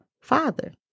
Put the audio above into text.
father